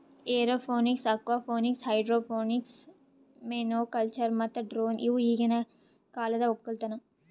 aeroponics, aquaponics, hydroponics, monoculture ಮತ್ತ drone ಇವು ಈಗಿನ ಕಾಲದ ಒಕ್ಕಲತನ